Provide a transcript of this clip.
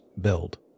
Build